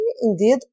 indeed